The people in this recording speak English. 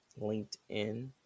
LinkedIn